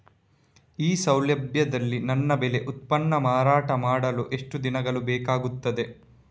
ಈ ಸೌಲಭ್ಯದಲ್ಲಿ ನನ್ನ ಬೆಳೆ ಉತ್ಪನ್ನ ಮಾರಾಟ ಮಾಡಲು ಎಷ್ಟು ದಿನಗಳು ಬೇಕಾಗುತ್ತದೆ?